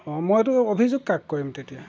অঁ মইতো অভিযোগ কাক কৰিম তেতিয়া